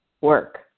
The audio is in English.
work